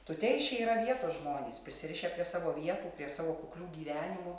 tuteišiai yra vietos žmonės prisirišę prie savo vietų prie savo kuklių gyvenimų